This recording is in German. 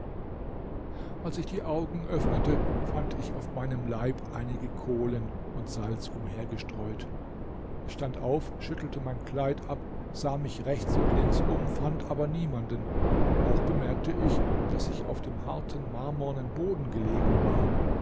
als ich die augen öffnete fand ich auf meinem leib einige kohlen und salz umhergestreut ich stand auf schüttelte mein kleid ab sah mich rechts und links um fand aber niemanden auch bemerkte ich daß ich auf dem harten marmornen boden gelegen war